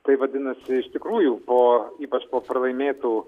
tai vadinasi iš tikrųjų po ypač po pralaimėtų